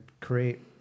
create